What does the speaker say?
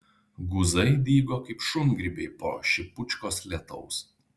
guzai dygo kaip šungrybiai po šipučkos lietaus